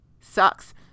Sucks